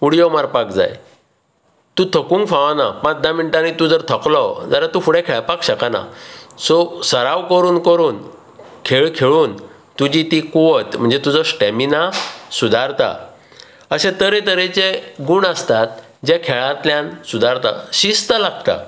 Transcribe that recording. उडयो मारपाक जाय तूं थकुंक फावना पांच धा मिनटानी तूं जर थकलो जाल्यार तूं फुडें खेळपाक शकना सो सराव करून करून खेळ खेळून तुजीं ती कुवत म्हणजे तुजो स्टॅमीना सुधारता अशें तरे तरेचे गूण आसतात जे खेळांतल्यान सुदारतात शिस्त लागता